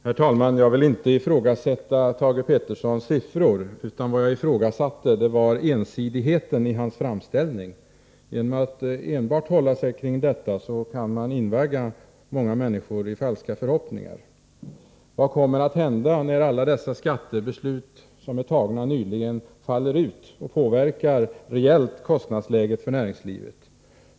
Herr talman! Jag vill inte ifrågasätta Thage Petersons siffror, utan vad jag ifrågasatte var ensidigheten i hans framställning. Genom att enbart hålla sig till en sida av saken kan man invagga många människor i falska förhoppningar. Vad kommer att hända när alla dessa skattebeslut som nyligen har fattats faller ut och rejält påverkar kostnadsläget för näringslivet?